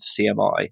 CMI